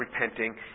repenting